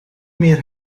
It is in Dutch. meer